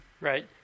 Right